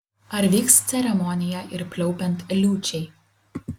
ar vyks ceremonija ir pliaupiant liūčiai